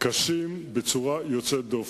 קשים בצורה יוצאת דופן.